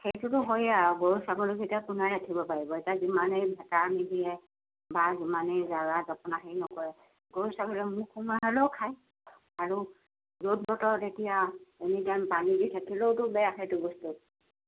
সেইটোতো হয়ে আৰু গৰু ছাগলীক এতিয়া কোনে ৰাখিব পাৰিব এতিয়া যিমানে এৰাল নিদিয়ে বা যিমানে জেওৰা জপনা হেৰি নকৰে গৰু ছাগলীয়ে মুখ সুমুৱাই হ'লেও খায় আৰু ৰ'দ বতৰত এতিয়া এনিটাইম পানী দি থাকিলেওটো বেয়া সেইটো বস্তুত